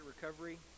recovery